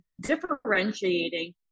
differentiating